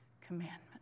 commandment